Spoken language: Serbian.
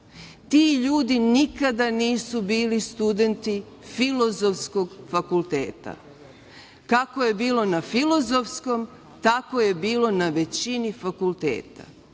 Ti ljudi nikada nisu bili studenti Filozofskog fakulteta. Kako je bilo na Filozofskom, tako je bilo i na većini fakulteta.